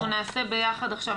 אנחנו נעשה ביחד עכשיו,